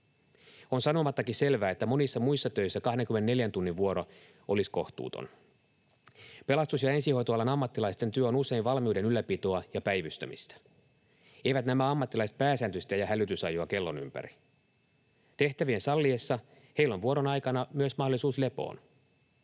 On sanomattakin selvää, että monissa muissa töissä 24 tunnin vuoro olisi kohtuuton. Pelastus‑ ja ensihoitoalan ammattilaisten työ on usein valmiuden ylläpitoa ja päivystämistä. Eivät nämä ammattilaiset pääsääntöisesti aja hälytysajoa kellon ympäri. Tehtävien salliessa heillä on vuoron aikana myös mahdollisuus lepoon.